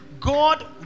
God